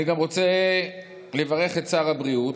אני גם רוצה לברך את שר הבריאות,